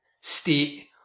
state